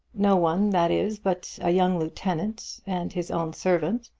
no one, that is, but a young lieutenant and his own servant.